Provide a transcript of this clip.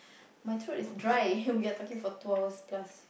my throat is dry we are talking for two hours plus